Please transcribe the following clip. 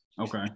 Okay